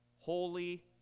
holy